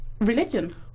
religion